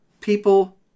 people